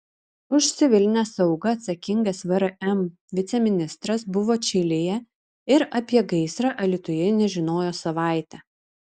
už civilinę saugą atsakingas vrm viceministras buvo čilėje ir apie gaisrą alytuje nežinojo savaitę